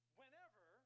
whenever